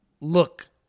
look